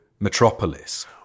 Metropolis